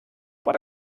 but